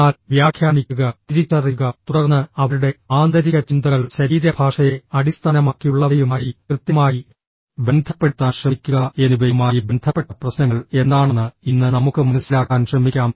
എന്നാൽ വ്യാഖ്യാനിക്കുക തിരിച്ചറിയുക തുടർന്ന് അവരുടെ ആന്തരിക ചിന്തകൾ ശരീരഭാഷയെ അടിസ്ഥാനമാക്കിയുള്ളവയുമായി കൃത്യമായി ബന്ധപ്പെടുത്താൻ ശ്രമിക്കുക എന്നിവയുമായി ബന്ധപ്പെട്ട പ്രശ്നങ്ങൾ എന്താണെന്ന് ഇന്ന് നമുക്ക് മനസിലാക്കാൻ ശ്രമിക്കാം